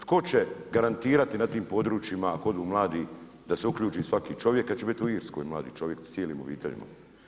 Tko će garantirati na tim područjima ako odu mladi da se uključi svaki čovjek kad će bit u Irskoj mladi čovjek sa cijelim obiteljima.